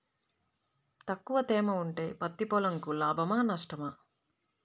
తక్కువ తేమ ఉంటే పత్తి పొలంకు లాభమా? నష్టమా?